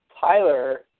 Tyler